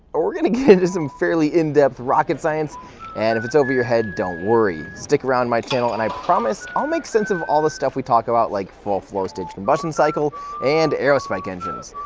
we're gonna get into some fairly in-depth rocket science and if it's over your head don't worry. stick around my channel, and i promise i'll make sense of all the stuff we talk about, like full flow staged combustion cycle and aerospike engines.